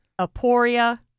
Aporia